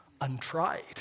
untried